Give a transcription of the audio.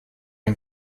ein